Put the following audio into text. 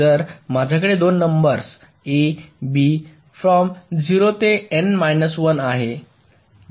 जर माझ्याकडे २ numbers A B from 0 ते n 1 आहेत